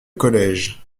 collège